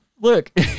Look